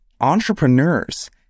entrepreneurs